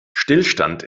stillstand